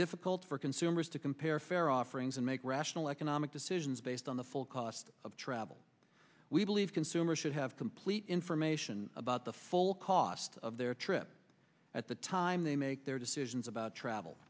difficult for consumers to compare fare offerings and make rational economic decisions based on the full cost of travel we believe consumers should have complete information about the full cost of their trip at the time they make their decision it is about travel